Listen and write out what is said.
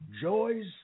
Joy's